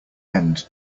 end